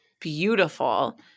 beautiful